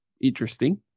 interesting